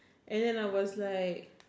and then I was like